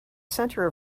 center